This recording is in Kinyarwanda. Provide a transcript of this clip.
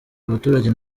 abaturage